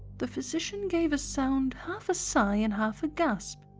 the physician gave a sound half a sigh and half a gasp,